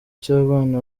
cy’abana